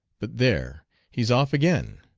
but there, he's off again!